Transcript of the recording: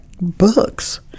books